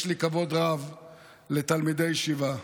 יש לי כבוד רב לתלמידי ישיבה,